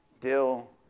dill